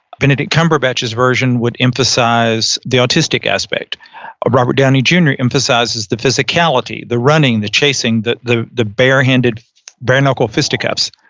benedict cumberbatch, his version would emphasize the autistic aspect of robert downey jr. emphasizes the physicality, the running, the chasing, the the barehanded bare-knuckle fisticuffs.